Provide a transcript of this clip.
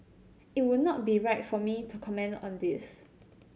it would not be right for me to comment on this